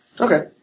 Okay